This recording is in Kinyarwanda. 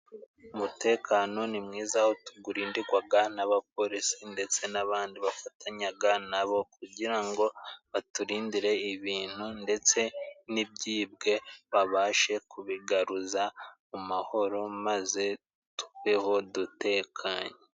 Umutekano ni mwiza aho tugurindigwaga n'abapolisi ndetse n'abandi bafatanyaga na bo, kugira ngo baturindire ibintu ndetse n'ibyibwe babashe kubigaruza mu mahoro, maze tubeho dutekanye.